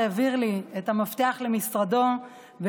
הוא העביר לי את המפתח למשרדו והפציר